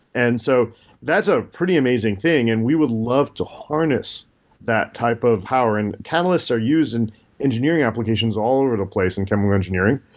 and so that's a pretty amazing thing and we would love to harness that type of power. and catalysts are used in engineering applications all over the place in chemical engineering,